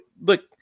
look